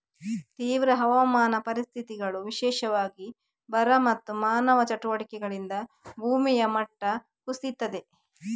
ತೀವ್ರ ಹವಾಮಾನ ಪರಿಸ್ಥಿತಿಗಳು, ವಿಶೇಷವಾಗಿ ಬರ ಮತ್ತೆ ಮಾನವ ಚಟುವಟಿಕೆಗಳಿಂದ ಭೂಮಿಯ ಗುಣಮಟ್ಟ ಕುಸೀತದೆ